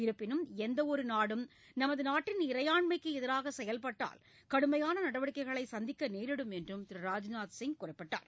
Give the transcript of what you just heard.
இருப்பினும் எந்தவொரு நாடும் நமது நாட்டின் இறையாண்மைக்கு எதிராக செயல்பட்டால் கடுமையான நடவடிக்கைகளை சந்திக்க நேரிடும் என்றும் திரு ராஜ்நாத் சிங் கூறினார்